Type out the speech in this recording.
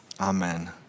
amen